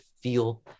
feel